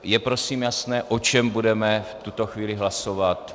Je prosím jasné, o čem budeme v tuto chvíli hlasovat?